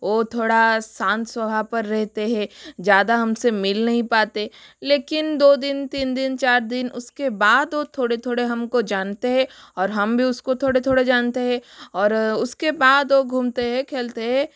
वह थोड़ा शांत स्वभाव पर रहते हैं ज़्यादा हमसे मिल नहीं पाते लेकिन दो दिन तीन दिन चार दिन उसके बाद वह थोड़े थोड़े हमको जानते हैं और हम भी उसको थोड़े थोड़े जानते हे और उसके बाद वह घूमते हैं खेलते हैं